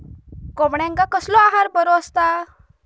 कोंबड्यांका कसलो आहार बरो असता?